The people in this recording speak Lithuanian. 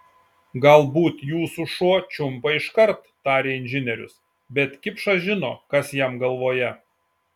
galbūt jūsų šuo čiumpa iškart tarė inžinierius bet kipšas žino kas jam galvoje